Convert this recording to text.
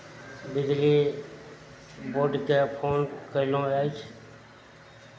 बिजली बोर्डकेँ फोन कयलहुँ अछि